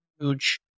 huge